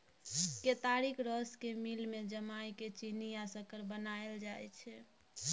केतारीक रस केँ मिल मे जमाए केँ चीन्नी या सक्कर बनाएल जाइ छै